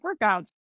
workouts